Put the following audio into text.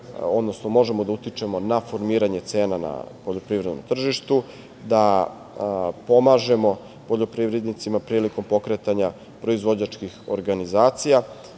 mi možemo da utičemo na formiranje cena na poljoprivrednom tržištu, da pomažemo poljoprivrednicima prilikom pokretanja proizvođačkih organizacija.I